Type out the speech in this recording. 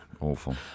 Awful